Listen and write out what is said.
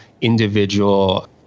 individual